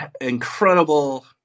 incredible